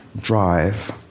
drive